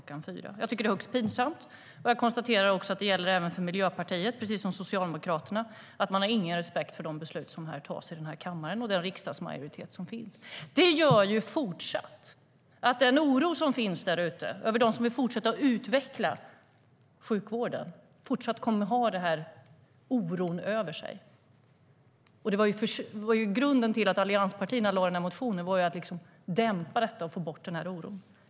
16.00.Detta gör att de som vill fortsätta utveckla sjukvården fortsatt kommer att ha en oro över sig. Grunden till att allianspartierna lade fram den här motionen var ju att försöka dämpa detta och få bort oron.